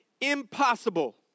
impossible